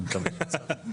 אני מקווה.